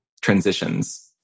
transitions